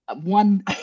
one